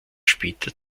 später